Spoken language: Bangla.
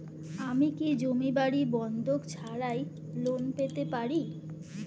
আমি কি জমি বাড়ি বন্ধক ছাড়াই লোন পেতে পারি?